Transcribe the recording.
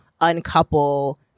uncouple